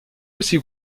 aussi